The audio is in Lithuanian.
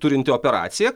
turinti operacija